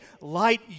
light